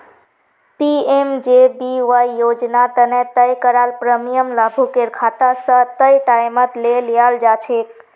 PMJBY योजना तने तय कराल प्रीमियम लाभुकेर खाता स तय टाइमत ले लियाल जाछेक